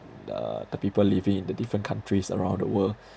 the the people living in the different countries around the world